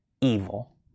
evil